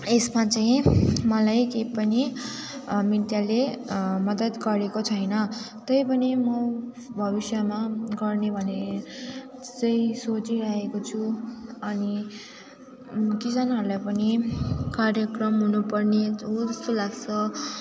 यसमा चाहिँ मलाई केही पनि मिडियाले मदत गरेको छैन त्यही पनि म भविष्यमा गर्ने भने चाहिँ सोचिरहेको छु अनि किसानहरूलाई पनि कार्यक्रम हुनुपर्ने हो जस्तो लाग्छ